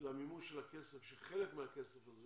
למימוש של הכסף, שחלק מהכסף הזה